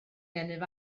gennyf